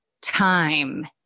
time